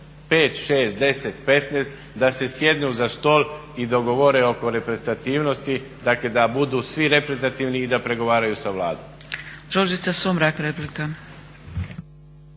5, 6, 10, 15, da se sjednu za stol i dogovore oko reprezentativnosti, dakle da budu svi reprezentativni i da pregovaraju sa Vladom.